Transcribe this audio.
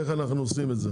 איך אנחנו עושים את זה.